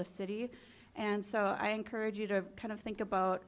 the city and so i encourage you to kind of think about